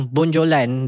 Bonjolan